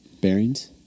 bearings